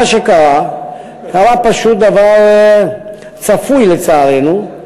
מה שקרה, קרה פשוט דבר צפוי, לצערנו,